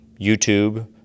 YouTube